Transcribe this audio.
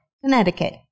Connecticut